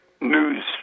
news